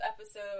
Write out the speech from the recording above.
episode